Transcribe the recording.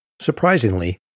Surprisingly